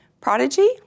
Prodigy